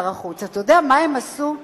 אתה יודע מה הם עשו?